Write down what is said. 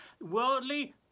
worldly